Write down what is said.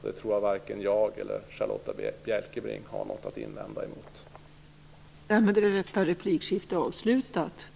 Jag tror att varken jag eller Charlotta Bjälkebring har något att invända emot det.